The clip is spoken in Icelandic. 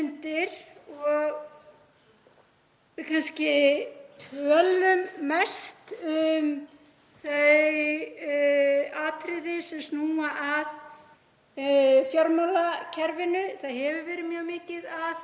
Við kannski tölum mest um þau atriði sem snúa að fjármálakerfinu. Það hefur verið mjög mikið af